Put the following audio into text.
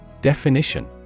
Definition